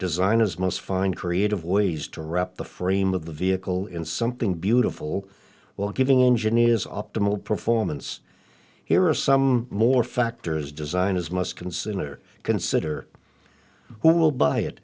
designers must find creative ways to wrap the frame of the vehicle in something beautiful while giving engineers optimal performance here are some more factors design as must consider consider who will buy it